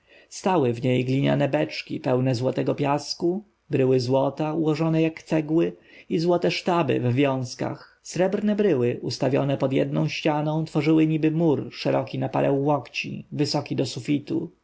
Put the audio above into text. stały w niej gliniane beczki pełne złotego piasku bryły złota ułożone jak cegły i złote sztaby w wiązkach srebrne bryły ustawione pod jedną ścianą tworzyły niby mur szeroki na parę łokci wysoki do sufitu